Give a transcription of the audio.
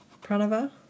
pranava